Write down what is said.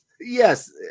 Yes